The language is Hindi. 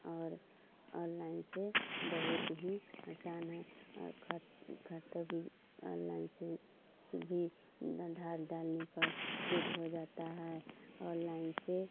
और ओनलाइन से बहुत ही आसान है और खत खाता भी ओनलाइन से सभी चेक हो जाता है ओनलाइन से